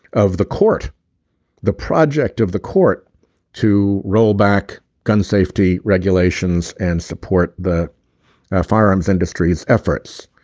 of the court the project of the court to roll back gun safety regulations and support the ah firearms industry's efforts.